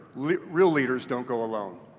like real leaders don't go alone.